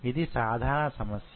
ఇది సాధారణ సమస్య